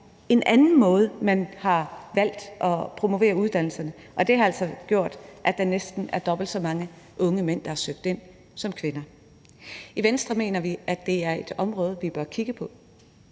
en anden måde, man har valgt at promovere uddannelserne på, og det har altså gjort, at der næsten er dobbelt så mange unge mænd, der har søgt ind. I Venstre mener vi, at det er et område, vi bør kigge på.